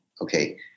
okay